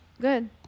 Good